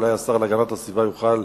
אולי השר להגנת הסביבה יוכל